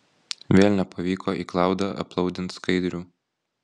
vėl nepavyko į klaudą aplaudint skaidrių